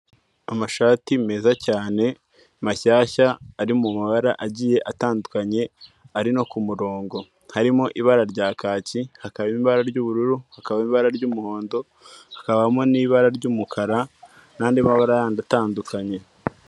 Amashati meza cyane mashyashya ari mu mabara agiye atandukanye ari no ku murongo harimo ibara rya kaki, hakabamo ibara ry'ubururu, hakabamo ibara ry'umuhondo, hakabamo n'ibara ry'umukara n'andi mabara atandukanye.